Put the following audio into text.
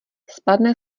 spadne